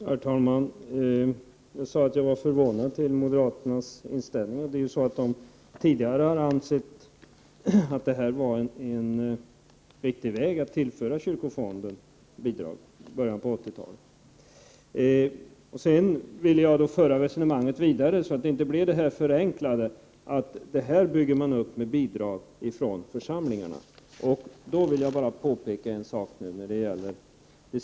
Herr talman! Jag sade att jag var förvånad över moderaternas inställning. De har tidigare i början av 1980-talet — ansett att detta varit ett riktigt sätt att tillföra kyrkofonden bidrag. Jag ville också föra resonemanget vidare, så att det inte blev alltför förenklat, nämligen att ”det här bygger man upp genom bidrag från församlingarna”. Beträffande det sista Göran Åstrand tog upp om beskattningsrätten vill jag Prot.